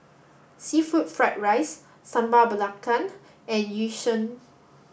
seafood fried rice Sambal Belacan and yu sheng